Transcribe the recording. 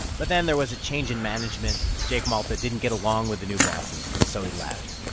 but then there was a change in management. jake malta didn't get along with the new bosses, so he left.